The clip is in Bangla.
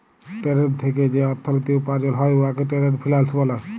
টেরেড থ্যাইকে যে অথ্থলিতি উপার্জল হ্যয় উয়াকে টেরেড ফিল্যাল্স ব্যলে